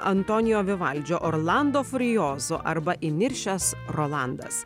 antonijo vivaldžio orlando furiozo arba įniršęs rolandas